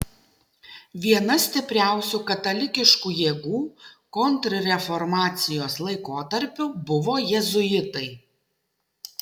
viena stipriausių katalikiškų jėgų kontrreformacijos laikotarpiu buvo jėzuitai